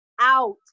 out